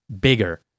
bigger